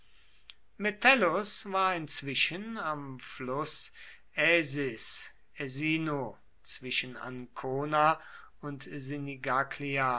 metellus war inzwischen am fluß aesis esino zwischen ancona und